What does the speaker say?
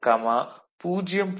66 volt 0